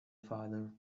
father